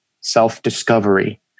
self-discovery